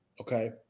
Okay